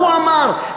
ההוא אמר,